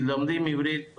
לומדים עברית,